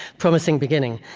promising beginning.